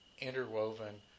interwoven